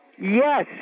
Yes